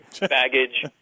Baggage